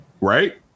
right